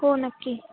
हो नक्की